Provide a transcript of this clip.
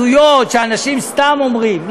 הצבעות הזויות, שהאנשים סתם אומרים.